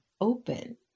open